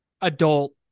adult